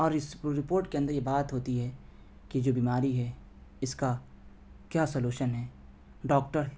اور اس ریپورٹ کے اندر یہ بات ہوتی ہے کہ جو بیماری ہے اس کا کیا سلوشن ہے ڈاکٹر